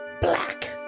Black